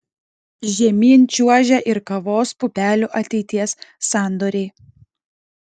žemyn čiuožia ir kavos pupelių ateities sandoriai